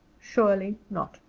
surely not!